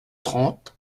trente